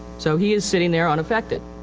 so he is sitting there unaffected.